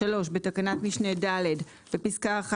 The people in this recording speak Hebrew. "בתקנת משנה (ד) - בפסקה (1),